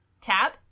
Tab